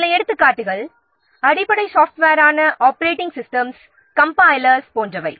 சில எடுத்துக்காட்டுகள் அடிப்படை சாஃப்ட்வேர்களான operating systems compilers linkers loaders போன்றவை